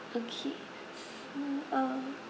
okay so um